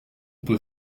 peut